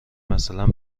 مثلا